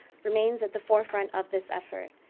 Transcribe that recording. remains at the forefront of this effort.